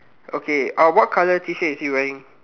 okay uh what color t-shirt is he wearing